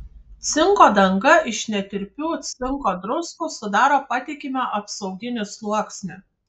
cinko danga iš netirpių cinko druskų sudaro patikimą apsauginį sluoksnį